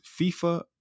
fifa